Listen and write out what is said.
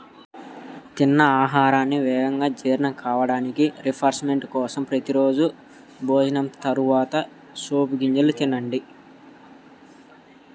తిన్న ఆహారం వేగంగా జీర్ణం కావడానికి, రిఫ్రెష్మెంట్ కోసం ప్రతి రోజూ భోజనం తర్వాత సోపు గింజలను తినండి